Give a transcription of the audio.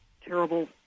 terrible